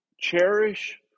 cherish